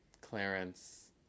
Clarence